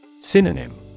Synonym